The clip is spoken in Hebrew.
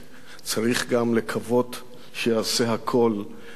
צריך גם לקוות שייעשה הכול על מנת של